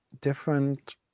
different